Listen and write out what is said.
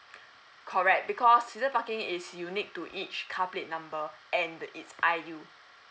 correct because season parking is unique to each car plate number and it's I U